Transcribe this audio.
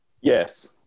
Yes